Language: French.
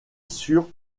sur